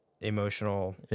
emotional